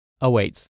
awaits